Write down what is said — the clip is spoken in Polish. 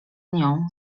nią